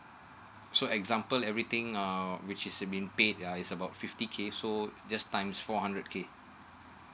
so example everything uh which is been paid ya is about fifty k so just times four hundred k